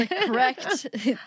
correct